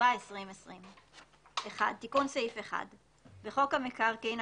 התשפ"א 2020. תיקון סעיף 1. 1. בחוק המקרקעין,